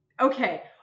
Okay